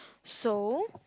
so